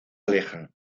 alejan